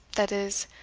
that is,